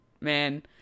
man